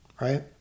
right